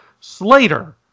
Slater